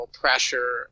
pressure